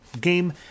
game